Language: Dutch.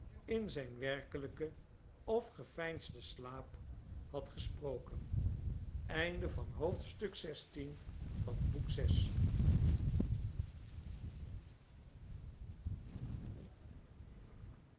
in zijn werkelijken of geveinsden slaap had gesproken